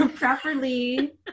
properly